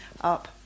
up